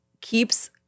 keeps